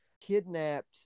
kidnapped